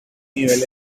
niveles